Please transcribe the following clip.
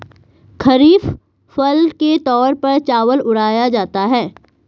खरीफ फसल के तौर पर चावल उड़ाया जाता है